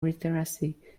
literacy